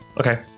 okay